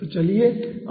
तो चलिए आगे देखते हैं